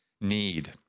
need